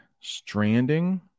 Stranding